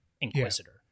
inquisitor